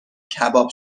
کباب